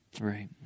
Right